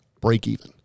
break-even